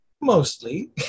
mostly